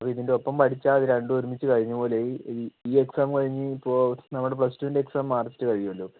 അപ്പൊൾ ഇതിൻറ്റെയൊപ്പം ഒപ്പം പഠിച്ചാൽ അതു രണ്ടും ഒരുമിച്ചു കഴിഞ്ഞ പോലെയായി ഈ എക്സാം കഴിഞ്ഞിപ്പോൾ നമ്മടെ പ്ലസ്ടുൻറ്റെ എക്സാം മാർച്ചിൽ കഴിയുമല്ലോ